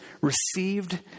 received